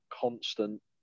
constant